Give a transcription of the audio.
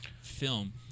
film